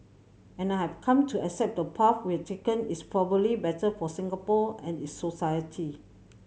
and I have come to accept the path we've taken is probably better for Singapore and its society